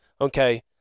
Okay